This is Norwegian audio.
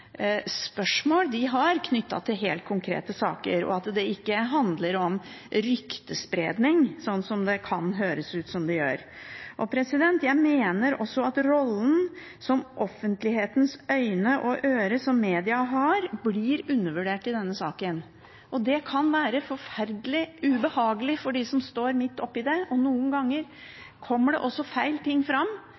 spørsmål de har, knyttet til helt konkrete saker, og at det ikke handler om ryktespredning – som det kan høres ut som det gjør. Jeg mener også at rollen som offentlighetens øyne og ører, som media har, blir undervurdert i denne saken. Det kan være forferdelig ubehagelig for dem som står midt oppi det. Noen ganger kommer det også feil ting fram